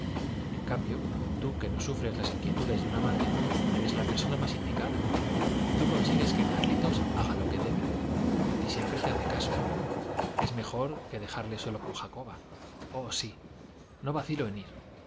en cambio tú que no sufres las inquietudes de una madre eres la persona más indicada tú consigues que carlitos haga lo que debe a ti siempre te hace caso es mejor que dejarle solo con jacoba oh sí no vacilo en ir